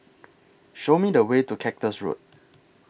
Show Me The Way to Cactus Road